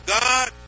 God